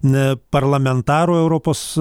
na parlamentaro europos